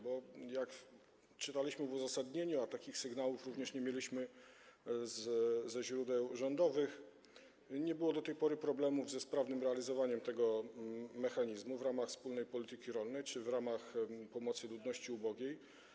Bo jak czytaliśmy w uzasadnieniu, a takich sygnałów również nie mieliśmy ze źródeł rządowych, nie było do tej pory problemów ze sprawnym realizowaniem tego mechanizmu w ramach wspólnej polityki rolnej czy w ramach pomocy ludności ubogiej.